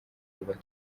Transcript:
bubaka